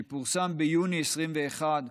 שפורסם ביוני 2021,